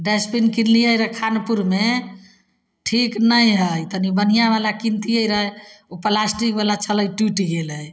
dustbin किनलिए रे खानपुरमे ठीक नहि हइ तनि बढ़िआँवला किनतिए रहै ओ प्लास्टिकवला छलै टुटि गेलै